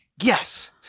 Yes